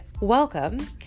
welcome